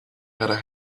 had